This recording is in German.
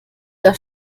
der